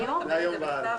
מהיום והלאה?